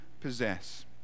possess